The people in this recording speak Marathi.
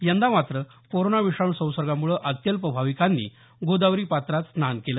यंदा मात्र कोरोना विषाणू संसर्गामुळे अत्यल्प भाविकांनी गोदावरी पात्रात स्नान केलं